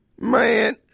man